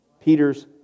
Peter's